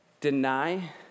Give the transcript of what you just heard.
deny